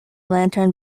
lantern